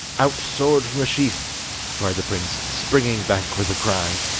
out sword from the sheath cried the prince, springing back with a cry.